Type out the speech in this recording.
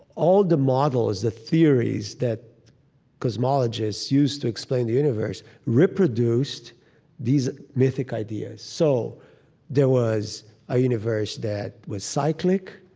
all the models, the theories that cosmologists use to explain the universe reproduced these mythic ideas. so there was a universe that was cyclic,